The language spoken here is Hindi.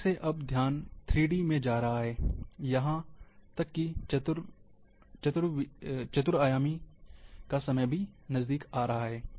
द्वीम से अब ध्यान त्री आयामी में जा है या यहां तक कि चतुर्विमा का समय भी आ रहा है